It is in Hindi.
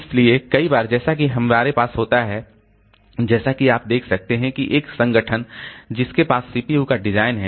इसलिए कई बार जैसा कि हमारे पास होता है जैसा कि आप देख सकते हैं कि एक संगठन जिसके पास सीपीयू का डिजाइन है